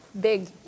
Big